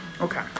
okay